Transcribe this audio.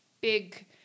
big